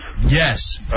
Yes